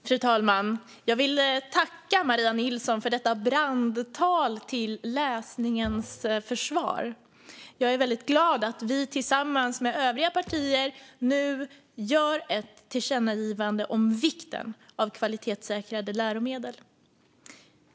Fru talman! Jag vill tacka Maria Nilsson för detta brandtal till läsningens försvar. Jag är glad att vi tillsammans med övriga partier står bakom förslaget till tillkännagivande om vikten av kvalitetssäkrade läromedel.